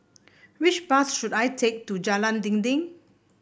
which bus should I take to Jalan Dinding